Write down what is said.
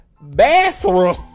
bathroom